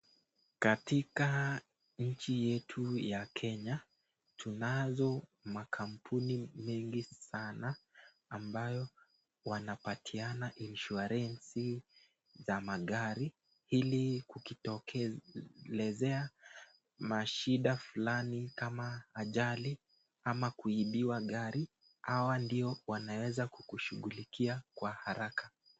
Katika nchi yetu ya Kenya, tunazo makampuni mingi sana ambayo wanapatiana insurance za magari hili kukitokelezea mashida fulani kama ajali ama kuibiwa gari, hawa ndio wanaweza kukushughulikia kwa haraka.